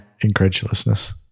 incredulousness